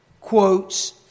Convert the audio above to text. quotes